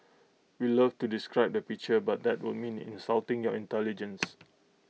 we'd love to describe the picture but that would mean insulting your intelligence